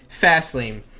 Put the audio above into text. Fastlane